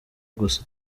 gusa